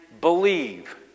believe